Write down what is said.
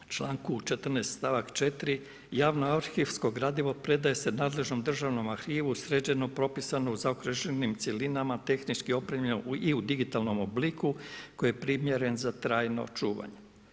U članku 14., st. 4. javno arhivsko gradivo predaje se nadležnom Državnom arhivu sređeno propisano u zaokruženim cjelinama, tehnički opremljeno i u digitalnom obliku koji je primjeren za trajno čuvanje.